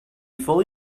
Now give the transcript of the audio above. fully